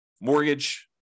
mortgage